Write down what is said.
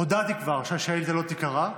הודעתי כבר שהשאילתה לא תיקרא.